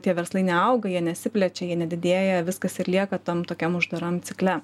tie verslai neauga jie nesiplečia jie nedidėja viskas ir lieka tam tokiam uždaram cikle